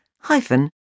hyphen